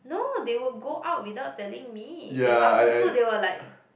no they will go out without telling me and after school they were like